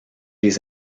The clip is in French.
les